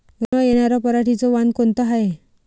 रोग न येनार पराटीचं वान कोनतं हाये?